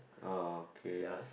okay